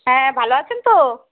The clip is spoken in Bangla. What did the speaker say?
হ্যাঁ ভালো আছেন তো